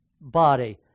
body